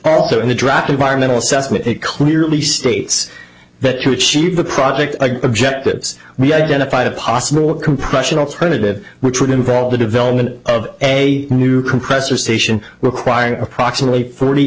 also in the draft environmental assessment it clearly states that to achieve the project objectives we identified a possible compressional tentative which would involve the development of a new compressor station requiring approximately forty